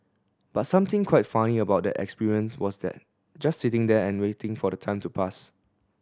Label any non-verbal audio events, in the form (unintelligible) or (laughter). but something quite funny about that experience was (unintelligible) just sitting there and waiting for the time to pass